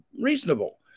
reasonable